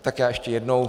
Tak ještě jednou.